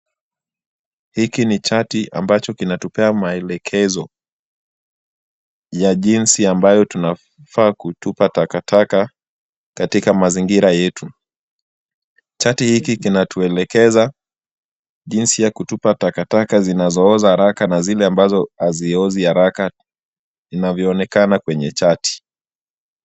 Hii ni chati ambacho kinatupea maelekezo ya jinsi ambayo tunafaa kutupa takataka katika mazingira yetu, chati hii inatuelekeza jinsi ya kutupa takataka zinazooza haraka na zile ambazo haziozi haraka inavyoonekana kwenye chati.